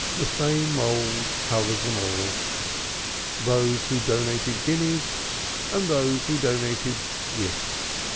the same mould covers them all those who donated guineas and those who donated gifts,